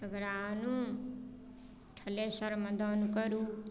ओकरा आनु थ्रेसरमे दाउन करू